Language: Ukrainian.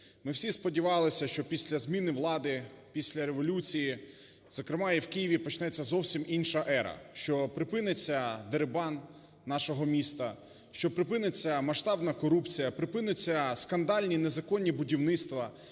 Ми всі сподівалися, що після зміни влади, після революції, зокрема і в Києві, почнеться зовсім інша ера, що припинитьсядерибан нашого міста, що припиниться масштабна корупція, припиниться скандальні незаконні будівництва,